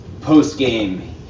post-game